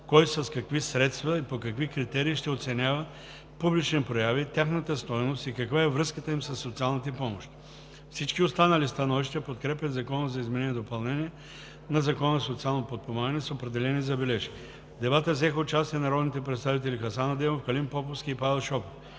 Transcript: кой, с какви средства и по какви критерии ще оценява „публични прояви“, тяхната стойност и каква е връзката им със социалните помощи. Всички останали становища подкрепят Законопроекта за изменение и допълнение на Закона за социално подпомагане с определени забележки. В дебата взеха участие народните представители доктор Хасан Адемов, доктор Калин Поповски, господин Павел Шопов.